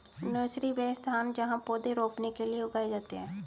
nursery, वह स्थान जहाँ पौधे रोपने के लिए उगाए जाते हैं